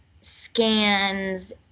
scans